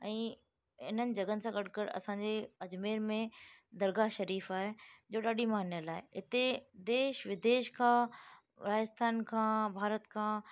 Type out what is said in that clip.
ऐं हिननि जॻहियुनि सां गॾु गॾु असांजे अजमेर में दरगाह शरीफ़ आहे जो ॾाढी मञियलु आहे हिते देश विदेश खां राजस्थान खां भारत खां